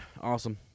awesome